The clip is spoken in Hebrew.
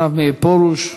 הרב פרוש.